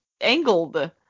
angled